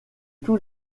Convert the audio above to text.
tous